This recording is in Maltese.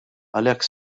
għalhekk